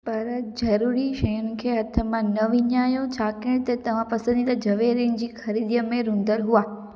पर ज़रूरी शयुनि खे हथ मां न विञायो छाकाणि त तव्हां पसंदीदा जवेरनि जी ख़रीदीअ में रुधल हुआ